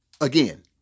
again